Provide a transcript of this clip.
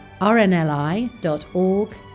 rnli.org